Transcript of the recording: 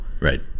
Right